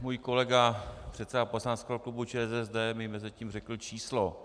Můj kolega předseda poslaneckého klubu ČSSD mi mezitím řekl číslo.